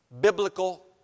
biblical